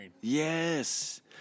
yes